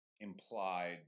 implied